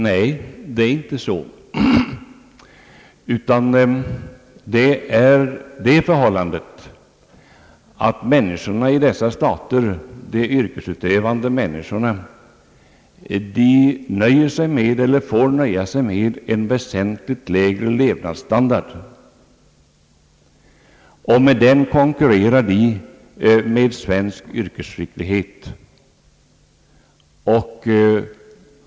Nej, det är inte så, utan orsaken ligger i att de yrkesutövande människorna i dessa stater nöjer sig, eller får nöja sig, med en väsentligt lägre levnadsstandard. På grund härav konkurrerar de med svensk yrkesskicklighet.